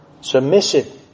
submissive